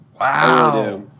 Wow